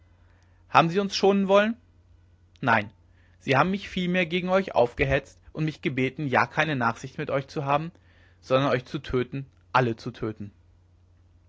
haben sie uns schonen wollen nein sie haben mich vielmehr gegen euch aufgehetzt und mich gebeten ja keine nachsicht mit euch zu haben sondern euch zu töten alle zu töten